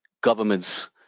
government's